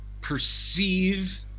perceive